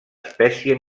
espècie